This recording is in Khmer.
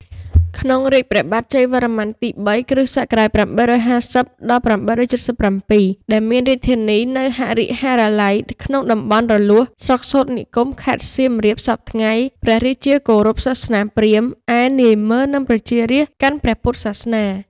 ក្នុងរាជ្យព្រះបាទជ័យវរ្ម័នទី ៣ (គ.ស. ៨៥០-៨៧៧) ដែលមានរាជធានីនៅ ហរិហរាល័យ ក្នុងតំបន់រលួស ស្រុកសូត្រនិគម ខេត្តសៀមរាបសព្វថ្ងៃ ព្រះរាជាគោរព សាសនាព្រាហ្មណ៍ ឯនាម៉ឺន និងប្រជារាស្ត្រកាន់ព្រះពុទ្ធសាសនា ។